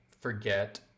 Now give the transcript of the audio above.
forget